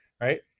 right